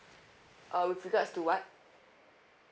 uh with regards to what